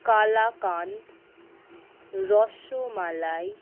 kalakand rasmalai